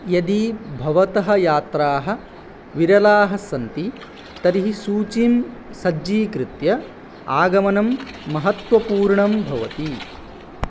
यदि भवतः यात्राः विरलाः सन्ति तर्हि सूचीं सज्जीकृत्य आगमनं महत्त्वपूर्णं भवति